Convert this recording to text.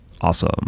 Awesome